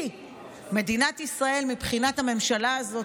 כי מבחינת הממשלה הזאת